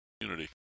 community